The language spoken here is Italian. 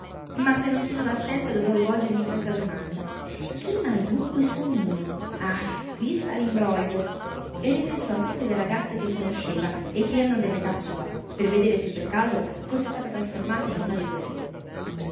ma se non sono la stessa dovrò rivolgermi questa domanda chi mai dunque son io ah quì stà l'imbroglio e ripensò a tutte le ragazze che conosceva e che erano dell'età sua per vedere se per caso fosse stata trasformata in una di quelle